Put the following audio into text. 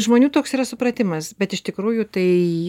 žmonių toks yra supratimas bet iš tikrųjų tai